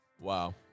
Wow